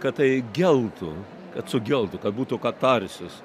kad tai geltų kad sugeltų kad būtų katarisis